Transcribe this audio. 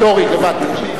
להוריד, הבנתי.